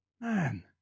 Man